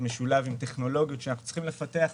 משולב עם טכנולוגיות שאנחנו צריכים לפתח פה.